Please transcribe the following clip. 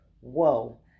Whoa